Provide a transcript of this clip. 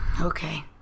okay